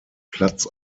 platz